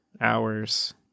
hours